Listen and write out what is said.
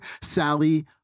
Sally